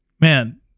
Man